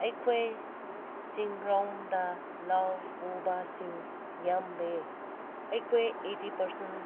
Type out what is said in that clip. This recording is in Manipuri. ꯑꯩꯈꯣꯏ ꯆꯤꯡꯔꯣꯝꯗ ꯂꯧ ꯎꯕꯁꯤꯡ ꯌꯥꯝ ꯂꯩꯌꯦ ꯑꯩꯈꯣꯏ ꯑꯩꯠꯇꯤ ꯄꯥꯔꯁꯦꯟ